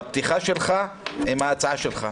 בפתיחה שלך עם ההצעה שלך.